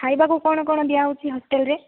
ଖାଇବାକୁ କ'ଣ କ'ଣ ଦିଆହେଉଛି ହଷ୍ଟେଲ୍ରେ